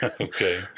okay